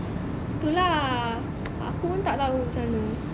tu lah aku pon tak tahu macam mana